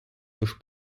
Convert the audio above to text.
тож